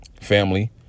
family